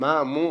מה מו?